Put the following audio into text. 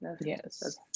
yes